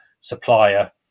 supplier